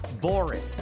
boring